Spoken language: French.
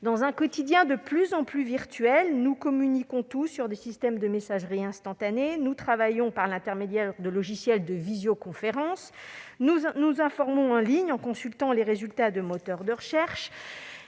Dans un quotidien de plus en plus virtuel, nous communiquons tous à l'aide de systèmes de messagerie instantanée, nous travaillons par l'intermédiaire de logiciels de visioconférence, nous nous informons en ligne en consultant les résultats de moteurs de recherche.